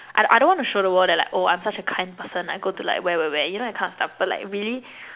I I don't wanna show the world that like oh I'm such a kind person I go to like where where where you know that kind of stuff but like really